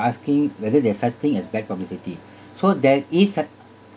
asking whether there's such thing as bad publicity so there is such